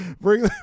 Bring